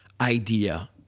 idea